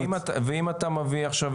ואם אתה מביא עכשיו,